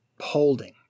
holding